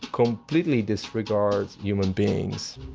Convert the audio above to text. completely disregards human beings.